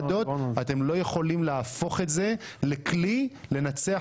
אתם לא יכולים להפוך את זה לכלי לנצח